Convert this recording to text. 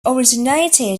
originated